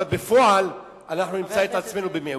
אבל בפועל נמצא עצמנו במיעוט.